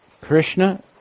Krishna